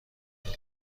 دارم